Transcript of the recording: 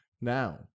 Now